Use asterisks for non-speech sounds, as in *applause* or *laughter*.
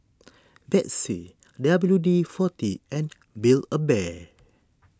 *noise* Betsy W D forty and Build A Bear